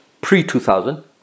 pre-2000